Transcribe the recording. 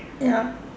ya